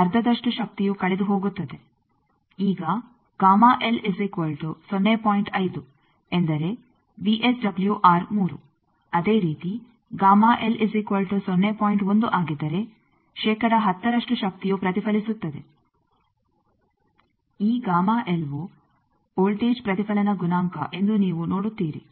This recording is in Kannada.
ಅರ್ಧದಷ್ಟು ಶಕ್ತಿಯು ಕಳೆದುಹೋಗುತ್ತದೆ ಈಗ ಎಂದರೆ ವಿಎಸ್ಡಬ್ಲ್ಯೂಆರ್ 3 ಅದೇ ರೀತಿ ಆಗಿದ್ದರೆ ಶೇಕಡಾ 10ರಷ್ಟು ಶಕ್ತಿಯು ಪ್ರತಿಫಲಿಸುತ್ತದೆ ಈ ವು ವೋಲ್ಟೇಜ್ ಪ್ರತಿಫಲನ ಗುಣಾಂಕ ಎಂದು ನೀವು ನೋಡುತ್ತೀರಿ